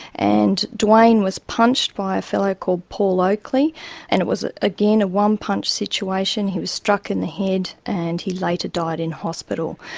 and dwayne was punched by a fellow called paul oakley and it was again a one-punch situation. he was struck in the head and he later died in hospital.